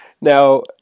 now